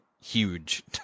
huge